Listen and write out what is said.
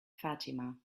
fatima